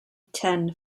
ten